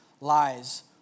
lies